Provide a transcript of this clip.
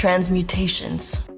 transmutations.